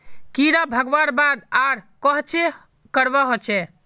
कीड़ा भगवार बाद आर कोहचे करवा होचए?